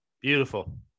Beautiful